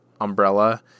umbrella